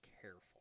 careful